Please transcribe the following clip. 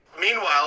Meanwhile